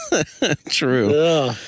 true